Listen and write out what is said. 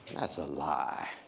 that's a lie,